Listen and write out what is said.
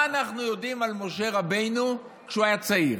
מה אנחנו יודעים על משה רבנו כשהוא היה צעיר.